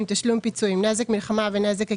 (תשלום פיצויים) (נזק מלחמה ונזק עקיף),